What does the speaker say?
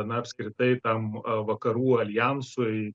na apskritai tam vakarų aljansui